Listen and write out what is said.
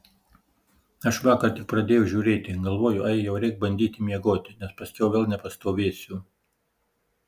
aš vakar tik pradėjau žiūrėti galvoju ai jau reik bandyti miegoti nes paskiau vėl nepastovėsiu